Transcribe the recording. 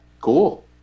cool